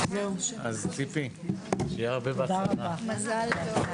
אז, ציפי, שיהיה הרבה בהצלחה.